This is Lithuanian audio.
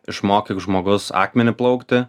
išmokyk žmogus akmenį plaukti